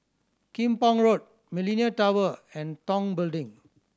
Kim Pong Road Millenia Tower and Tong Building